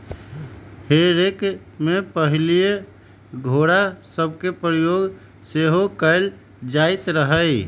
हे रेक में पहिले घोरा सभके प्रयोग सेहो कएल जाइत रहै